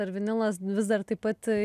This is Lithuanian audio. ar vinilas vis dar taip pat